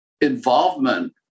involvement